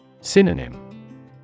Synonym